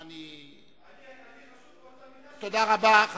אני חשוד באותה מידה, תודה רבה.